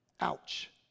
Ouch